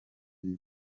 y’uyu